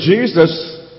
Jesus